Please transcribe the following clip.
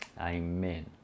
Amen